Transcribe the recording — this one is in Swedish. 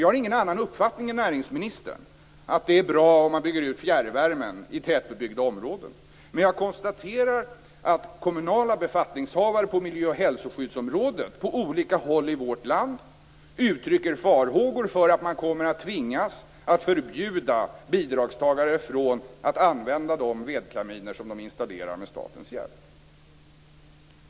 Jag har ingen annan uppfattning än näringsministern i fråga om att det är bra om man byter ut fjärrvärmen i tätbebyggda områden, men jag konstaterar att kommunala befattningshavare på miljöoch hälsoskyddsområdet på olika håll i vårt land uttrycker farhågor för att man kommer att tvingas förbjuda bidragstagare att använda de vedkaminer som de installerar med statens hjälp.